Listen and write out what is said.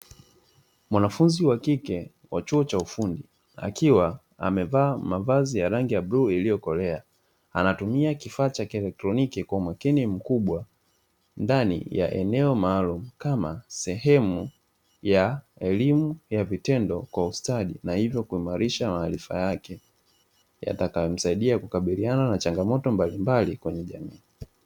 Mwanafunzi wakike wa chuo cha ufundi akiwa amevaa mavazi ya rangi ya bluu iliyokolea, anatumia kifaa cha kielektroniki kwa umakini mkubwa ndani ya eneo maalumu kama sehemu ya elimu ya vitendo kwa ustadi na hivyo kuimarisha maarifa yake, yatakayomsaidia kukabiliana na changamoto mbalimbali kwenye jamii.